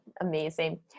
Amazing